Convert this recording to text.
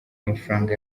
mafaranga